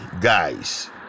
guys